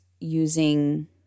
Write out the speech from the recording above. using